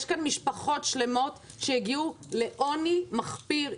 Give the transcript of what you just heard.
יש כאן משפחות שלמות שהגיעו לעוני מחפיר,